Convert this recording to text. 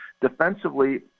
defensively